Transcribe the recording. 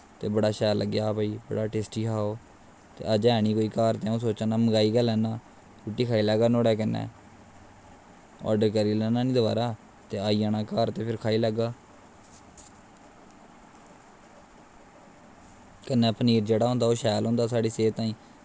ते बड़ा शैल लग्गेआ हा भाई बड़ा टेस्टी हा ओह् ते अज्ज है निं कोई घर ते में सोचा ना मंगाई गै लैन्ना रुट्टी खाही लैह्गै ओह्दै कन्नै आर्डर करी लैना नी फिर ते आई जाना घर ते फिर खाही लैगा कन्नै पनीर जेह्ड़ा होंदा ओह् शैल होंदा साढ़ी सेह्त ताहीं